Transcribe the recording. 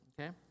Okay